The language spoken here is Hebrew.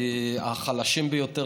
כי החלשים ביותר,